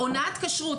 הונאת כשרות,